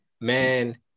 man